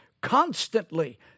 constantly